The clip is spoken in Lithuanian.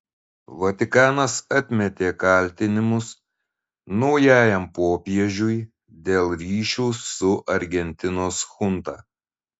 vatikanas atmetė kaltinimus naujajam popiežiui dėl ryšių su argentinos chunta